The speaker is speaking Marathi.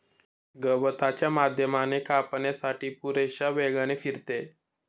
गवताच्या माध्यमाने कापण्यासाठी पुरेशा वेगाने फिरते